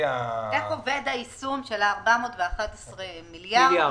איך עובד היישום של 411 מיליארד,